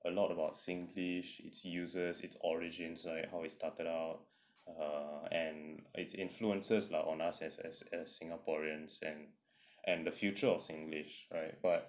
a lot about singlish it uses its origins right how it started out err and its influences lah on us as as as singaporeans and and and the future of singlish right but